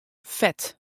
fet